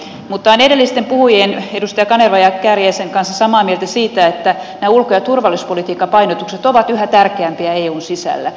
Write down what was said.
olen edellisten puhujien edustaja kanervan ja edustaja kääriäisen kanssa samaa mieltä siitä että nämä ulko ja turvallisuuspolitiikan painotukset ovat yhä tärkeämpiä eun sisällä